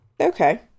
Okay